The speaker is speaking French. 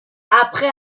après